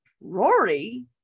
Rory